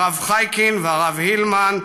הרב חייקין והרב הילמן,